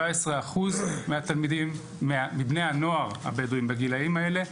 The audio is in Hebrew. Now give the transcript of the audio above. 17% מבני הנוער הבדואים בגילאים האלה,